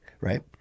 right